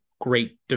great